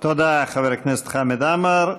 תודה, חבר הכנסת חמד עמאר.